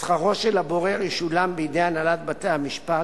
שכרו של הבורר ישולם בידי הנהלת בתי-המשפט,